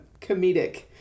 comedic